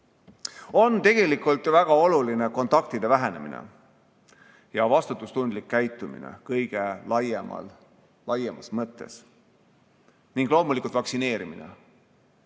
Tegelikult on ju väga oluline kontaktide vähenemine ja vastutustundlik käitumine kõige laiemas mõttes ning loomulikult vaktsineerimine.